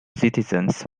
citizens